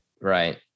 Right